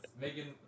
Megan